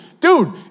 Dude